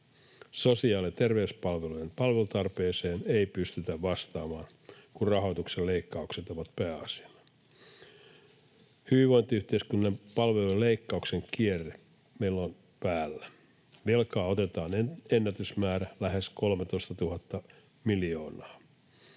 Sosiaali- ja terveyspalvelujen palvelutarpeeseen ei pystytä vastaamaan, kun rahoituksen leikkaukset ovat pääasia. Meillä on päällä hyvinvointiyhteiskunnan palvelujen leikkauksen kierre. Velkaa otetaan ennätysmäärä, lähes 13 000 miljoonaa.